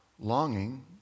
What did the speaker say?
longing